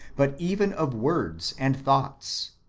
but even of words and thoughts,